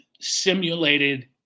simulated